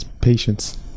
patience